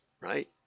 right